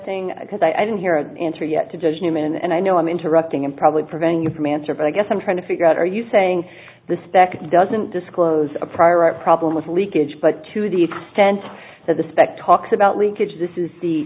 testing because i didn't hear an answer yet to judge newman and i know i'm interrupting and probably preventing you from answer but i guess i'm trying to figure out are you saying the spec doesn't disclose a prior right problem with leakage but to the extent that the spec talks about leakage this is the